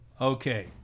Okay